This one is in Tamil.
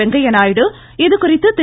வெங்கய்ய நாயுடு இதுகுறித்து திரு